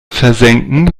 versenken